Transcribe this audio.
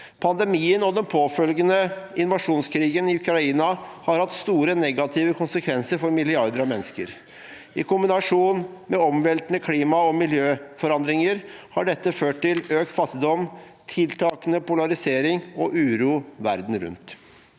Pandemien og den påfølgende invasjonskrigen i Ukraina har hatt store negative konsekvenser for milliarder av mennesker. I kombinasjon med omveltende klima- og miljøforandringer har dette ført til økt fattigdom, tiltakende polarisering og uro verden rundt.